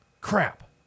Crap